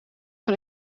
van